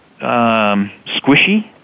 squishy